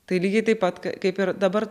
tai lygiai taip pat kaip ir dabar